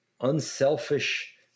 unselfish